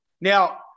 Now